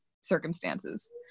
circumstances